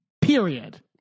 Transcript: period